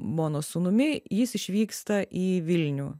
bonos sūnumi jis išvyksta į vilnių